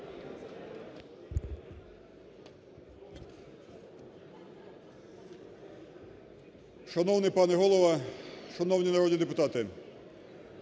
Шановний пане Голово, шановні народні депутати!